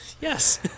Yes